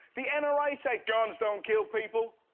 the and nra say guns don't kill people,